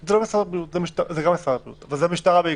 הוא גם משרד הבריאות, אבל זה המשטרה בעיקר.